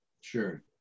Sure